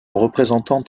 représentant